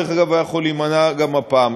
דרך אגב, היה יכול להימנע גם הפעם.